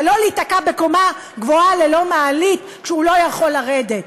ולא להיתקע בקומה גבוהה ללא מעלית כשהוא לא יכול לרדת.